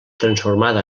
transformada